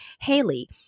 Haley